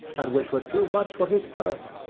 and which were too much for his purse.